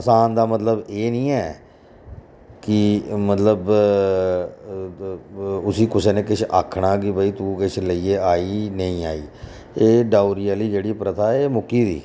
असान दा मतलब एह् निं ऐ कि मतलब उसी कुसै ने आक्खना ऐ कि भाई तूं किश लेइयै आई जां नेईं आई एह् डौरी आह्ली जेह्ड़ी प्रथा एह् मुक्की दी